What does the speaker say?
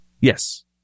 Yes